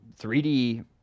3D